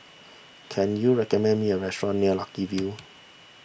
can you recommend me a restaurant near Lucky View